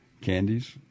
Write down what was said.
candies